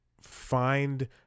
find